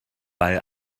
bei